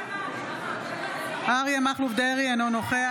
(קוראת בשם חבר הכנסת) אריה מכלוף דרעי, אינו נוכח